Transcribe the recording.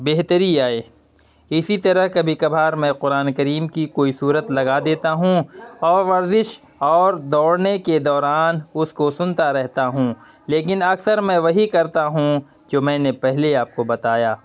بہتری آئے اسی طرح کبھی کبھار میں قرآن کریم کی کوئی سورۃ لگا دیتا ہوں اور ورزش اور دوڑنے کے دوران اس کو سنتا رہتا ہوں لیکن اکثر میں وہی کرتا ہوں جو میں نے پہلے آپ کو بتایا